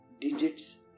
digits